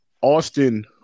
Austin